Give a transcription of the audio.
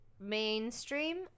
mainstream